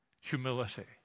Humility